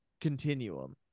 continuum